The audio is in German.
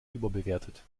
überbewertet